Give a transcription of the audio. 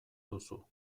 duzu